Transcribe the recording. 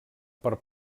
per